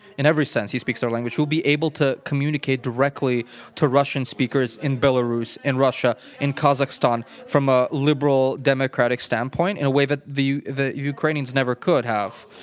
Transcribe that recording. in every sense, he speaks their language. he'll be able to communicate directly to russian speakers in belarus, in russia, in kazakhstan from a liberal democratic standpoint in a way that the the ukrainians never could have.